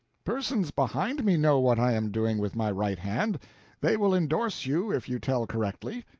persons behind me know what i am doing with my right hand they will indorse you if you tell correctly.